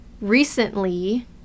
recently